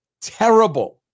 terrible